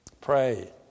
Pray